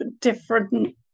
different